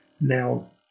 now